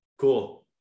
Cool